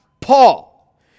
Paul